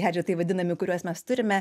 giadžetai vadinami kuriuos mes turime